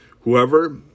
Whoever